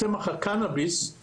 צמח הקנביס